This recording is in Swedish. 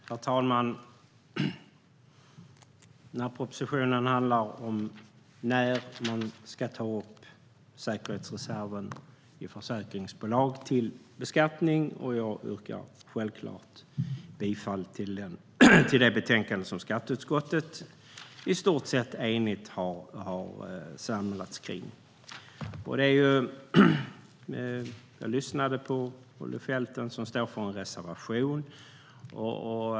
Herr talman! Propositionen handlar om när säkerhetsreserven i försäkringsbolag ska tas upp till beskattning. Jag yrkar självklart bifall till förslaget i betänkandet, som skatteutskottet i stort sett enigt har samlats runt. Jag lyssnade på Olle Felten, som har lämnat en reservation.